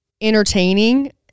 entertaining